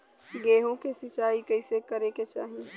गेहूँ के सिंचाई कइसे करे के चाही?